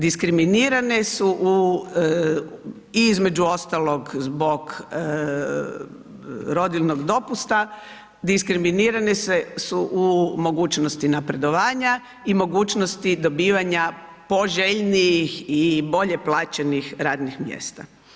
Diskriminirane su i između ostalog, zbog rodiljnog dopusta, diskriminirane su u mogućnosti napredovanja i mogućnosti dobivanja poželjnijih i bolje plaćenih radnih mjesta.